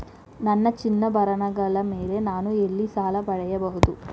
ನನ್ನ ಚಿನ್ನಾಭರಣಗಳ ಮೇಲೆ ನಾನು ಎಲ್ಲಿ ಸಾಲ ಪಡೆಯಬಹುದು?